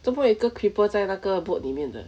做么有一个 creeper 在那个 boat 里面的